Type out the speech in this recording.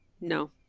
No